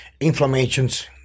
inflammations